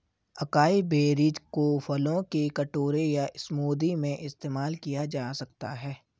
acai berries को फलों के कटोरे या स्मूदी में इस्तेमाल किया जा सकता है